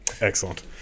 Excellent